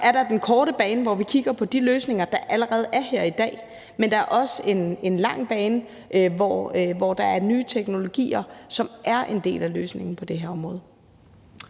er der den korte bane, hvor vi kigger på de løsninger, der allerede er her i dag, men der er også en lang bane, hvor der er nye teknologier, som er en del af løsningen på det her område.